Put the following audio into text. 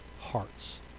hearts